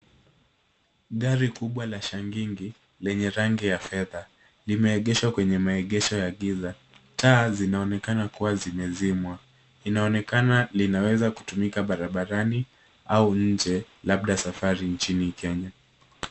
Gari kubwa la shangingi lenye rangi ya fedha limeegeshwa kwenye maegesho ya giza taa zinaonekana kuwa zimezimwa linaonekana linaweza kutumika barabarani au nje labda safari nchini kenya.